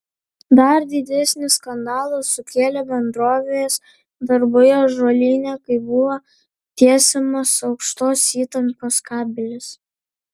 dar didesnį skandalą sukėlė bendrovės darbai ąžuolyne kai buvo tiesiamas aukštos įtampos kabelis